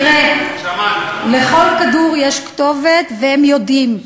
תראה, לכל כדור יש כתובת, והם יודעים.